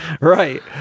Right